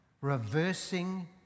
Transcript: reversing